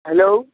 hello